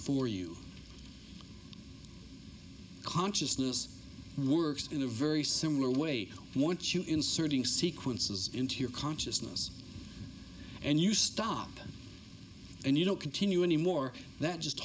for you consciousness works in a very similar way once you inserting sequences into your consciousness and you stop and you don't continue anymore that just